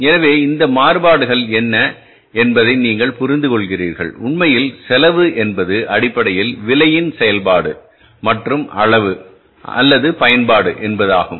எனவே இந்த மாறுபாடுகள் என்ன என்பதை நீங்கள் புரிந்துகொள்கிறீர்கள் உண்மையில்செலவு என்பது அடிப்படையில் விலையின் செயல்பாடு மற்றும் அளவு அல்லது பயன்பாடு என்பதாகும்